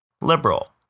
liberal